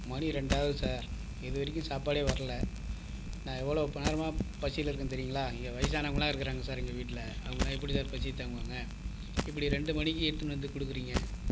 மணி ரெண்டாகுது சார் இது வரைக்கும் சாப்பாடே வரல நான் நான் எவ்வளோ இப் நேரமாக பசியில் இருக்கேன் தெரியுங்களா இங்கே வயசானவங்கலாம் இருக்கிறாங்க சார் எங்கள் வீட்டில் அவங்கலாம் எப்படி சார் பசி தாங்குவாங்க இப்படி ரெண்டு மணிக்கு எடுத்துன்னு வந்து கொடுக்குறீங்க